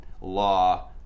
law